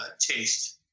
taste